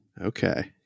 Okay